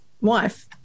wife